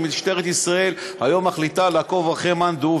אם משטרת ישראל היום מחליטה לעקוב אחרי מאן דהוא,